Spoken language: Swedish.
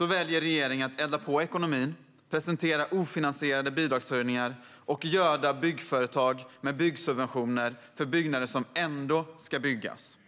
väljer regeringen att elda på ekonomin, presentera ofinansierade bidragshöjningar och göda byggföretag med byggsubventioner för byggnader som ändå ska byggas.